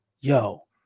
yo